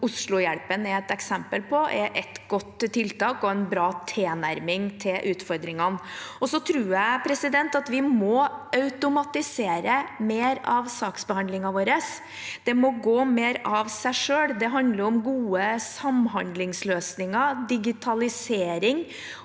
Oslohjelpa er et eksempel på, er et godt tiltak og en bra tilnærming til utfordringene. Og jeg tror at vi må automatisere mer av saksbehandlingen vår. Det må gå mer av seg selv. Det handler om gode samhandlingsløsninger, digitalisering